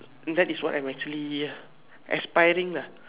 that is why I am actually aspiring ah